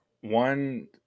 one